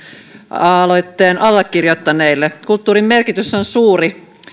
aloitteen allekirjoittaneille kulttuurin merkitys on suuri